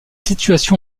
situation